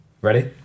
Ready